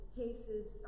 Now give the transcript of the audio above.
cases